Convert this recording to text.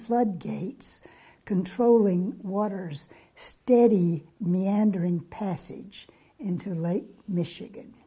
flood gates controlling waters steady meandering passage into lake michigan